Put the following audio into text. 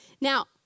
Now